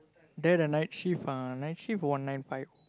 there the night shift uh night shift one nine five